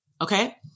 okay